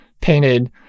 painted